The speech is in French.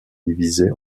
divisée